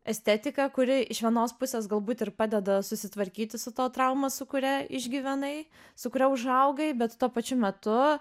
estetiką kuri iš vienos pusės galbūt ir padeda susitvarkyti su ta trauma su kuria išgyvenai su kuria užaugai bet tuo pačiu metu